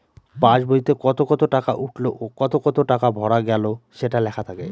pass বইতে কত কত টাকা উঠলো ও কত কত টাকা ভরা গেলো সেটা লেখা থাকে